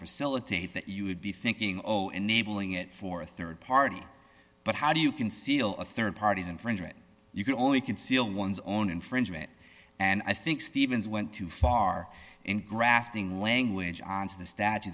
facilitate that you would be thinking oh enabling it for a rd party but how do you can seal a rd party's infringer it you can only conceal one's own infringement and i think stevens went too far in grafting language onto the statu